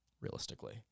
realistically